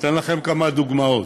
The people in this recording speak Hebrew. אתן לכם כמה דוגמאות: